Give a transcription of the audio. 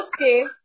Okay